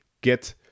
get